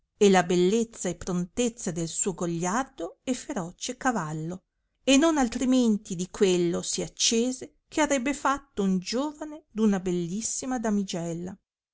e la bellezza e prontezza del suo gagliardo e feroce cavallo e non altrimenti di quello si accese che arrebbe fatto un giovane d una bellissima damigella